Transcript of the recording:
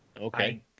Okay